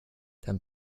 dann